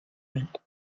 dept